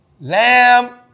Lamb